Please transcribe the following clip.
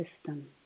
system